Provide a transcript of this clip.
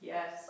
Yes